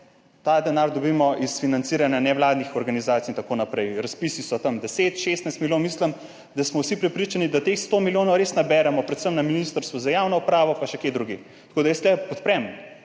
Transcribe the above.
ta denar dobimo iz financiranja nevladnih organizacij in tako naprej. Razpisi so tam 10, 16 milijonov, mislim, da smo vsi prepričani, da teh 100 milijonov res naberemo, predvsem na Ministrstvu za javno upravo in še kje drugje. Tako da jaz tu podprem,